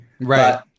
Right